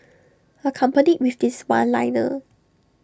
accompanied with this one liner